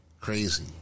crazy